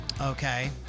okay